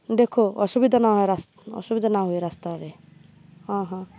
ଦେଖ ଅସୁବିଧା ନହଏ ରା ଅସୁବିଧା ନ ହୁଏ ରାସ୍ତାରେ ହଁ ହଁ